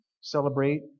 celebrate